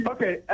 Okay